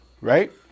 Right